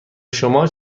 شما